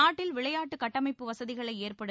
நாட்டில் விளையாட்டு கட்டமைப்பு வசதிகளை ஏற்படுத்த